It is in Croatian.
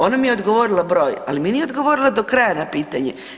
Ona mi je odgovorila broj, ali mi nije odgovorila do kraja na pitanje.